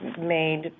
made